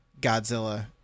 Godzilla